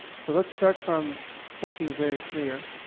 so, let's start from something very clear.